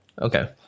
okay